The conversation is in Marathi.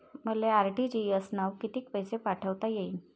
मले आर.टी.जी.एस न कितीक पैसे पाठवता येईन?